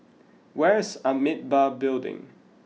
where is Amitabha Building